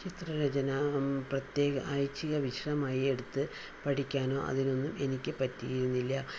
ചിത്ര രചന പ്രത്യേക ഐച്ഛിക വിഷയമായി എടുത്ത് പഠിക്കാനോ അതിന് ഒന്നും എനിക്ക് പറ്റിയിരുന്നില്ല